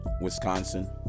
wisconsin